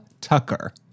Tucker